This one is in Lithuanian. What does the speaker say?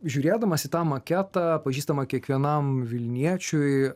žiūrėdamas į tą maketą pažįstamą kiekvienam vilniečiui